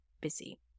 busy